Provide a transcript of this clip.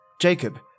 Jacob